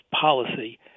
policy